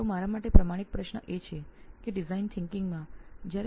તો મારે માટે વાસ્તવિક પ્રશ્ન ડિઝાઇન વિચારસરણીમાં જ છે